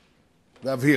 ואבהיר.